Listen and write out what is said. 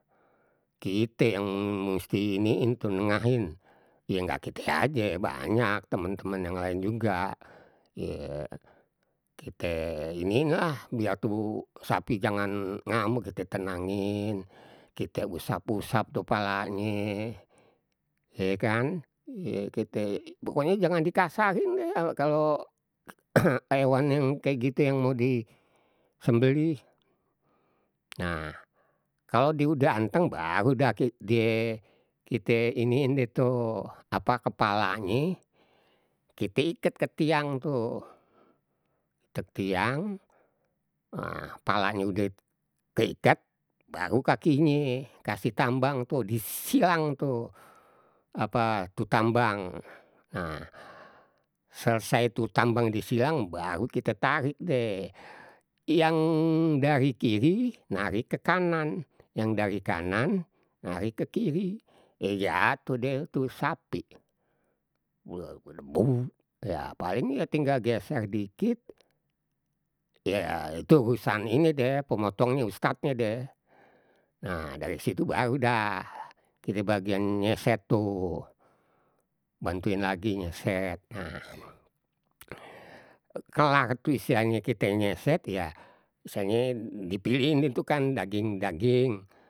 Kite yang mesti iniin tu nengahin, ya nggak kite aje banyak, teman teman yang lain juga. Ya kite iniin lah biar tuh sapi jangan ngamuk kite tenangin, kite usap usap tuh palanye ye kan. Ye kite pokoknye jangan dikasarin deh kalo ewan yang kayak gitu yang mau di sembelih. Nah, kalau dia udah anteng baru dah die kite iniin deh tuh, apa kepalanye kita ikat ke tiang tuh kita tiang, nah palanye udah keikat baru kakinye kasih tambang tuh, disilang tuh apa, tuh tambang, nah, selesai tuh tambang disilang baru kite tarik deh. Yang dari kiri narik ke kanan, yang dari kanan narik ke kiri ye jatuh deh tuh sapi gedebuk ya paling ya tinggal geser dikit, ya itu urusan ini deh, pemotongnye ustadnye deh. Nah, dari situ baru dah kite bagian nyeset tuh bantuin lagi nyeset. Kelar tuh istilahnye kite nyeset ya istilahnye dipilihin deh tu kan, daging aging.